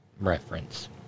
reference